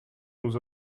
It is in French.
nous